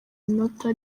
inota